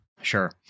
Sure